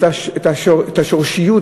את השורשיות,